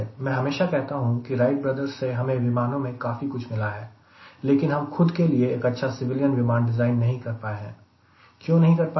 मैं हमेशा कहता हूं कि राइट ब्रदर्स से हमें विमानों में काफी कुछ मिला है लेकिन हम खुद से एक अच्छा सिविलियन विमान डिज़ाइन क्यों नहीं कर पाए हैं